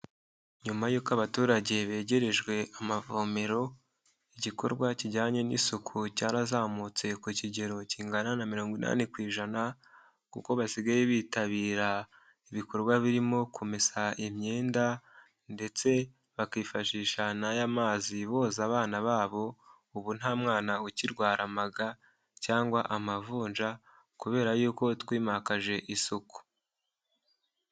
Nyuma yuko abaturage begerejwe amavomero, igikorwa kijyanye n'isuku cyarazamutse ku kigero kingana na mirongo inani ku ijana kuko basigaye bitabira ibikorwa birimo kumesa imyenda, ndetse bakifashisha n'aya mazi boza abana babo. Ubu nta mwana ukirwara amaga, cyangwa amavunja kubera yuko twimakaje isuku.